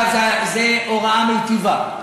אגב, זו הוראה מיטיבה.